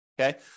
okay